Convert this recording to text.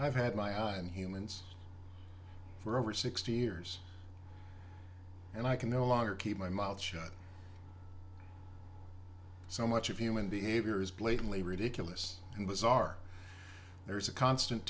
i've had my own humans for over sixty years and i can no longer keep my mouth shut so much of human behavior is blatantly ridiculous and bizarre there is a constant